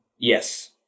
Yes